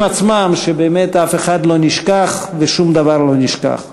עצמם שאף אחד לא נשכח ושום דבר לא נשכח.